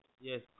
Yes